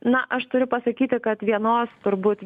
na aš turiu pasakyti kad vienos turbūt